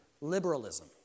Liberalism